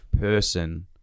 person